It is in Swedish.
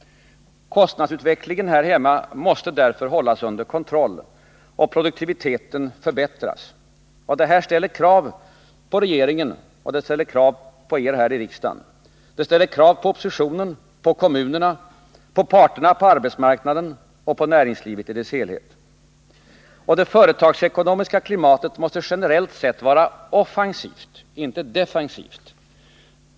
Kostnadsutvecklingen här hemma måste därför hållas under kontroll och produktiviteten förbättras. Detta ställer krav på regeringen och på er här i riksdagen. Det ställer krav på oppositionen, på kommunerna, på parterna på arbetsmarknaden och på näringslivet i dess helhet. Och det företagsekonomiska klimatet måste generellt sett vara offensivt, inte defensivt.